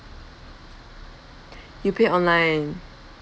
you pay online ah